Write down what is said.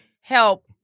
help